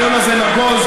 אתה צודק,